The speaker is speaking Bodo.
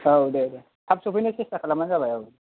औ दे दे थाब सफैनाय सेस्था खालाम बानो जाबाय औ दे